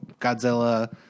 Godzilla